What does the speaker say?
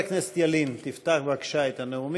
חבר הכנסת ילין, פתח בבקשה את הנאומים,